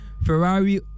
Ferrari